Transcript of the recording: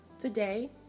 Today